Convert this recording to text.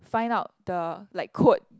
find out the like quote